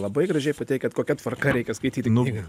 labai gražiai pateikiat kokia tvarka reikia skaityti knygą